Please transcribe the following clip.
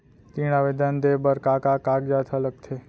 ऋण आवेदन दे बर का का कागजात ह लगथे?